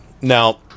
Now